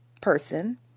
person